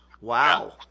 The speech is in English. Wow